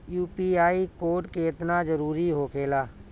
UPI code केतना जरुरी होखेला?